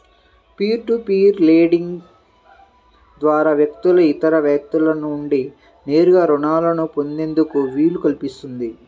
peer to peer lending ద్వారా వ్యక్తులు ఇతర వ్యక్తుల నుండి నేరుగా రుణాలను పొందేందుకు వీలు కల్పిస్తుంది